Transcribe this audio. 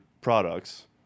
products